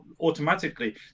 automatically